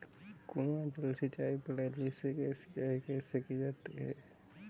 कुआँ जल सिंचाई प्रणाली से सिंचाई कैसे की जाती है?